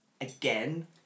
again